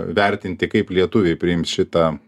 vertinti kaip lietuviai priims šitą